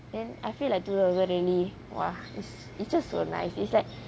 then I feel like two thousand really !wah! it's it's just so nice is like